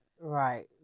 Right